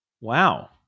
wow